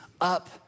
up